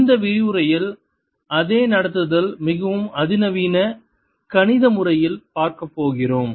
இந்த விரிவுரையில் அதே நடத்துதல் மிகவும் அதிநவீன கணித முறையில் பார்க்கப்போகிறோம்